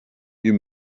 you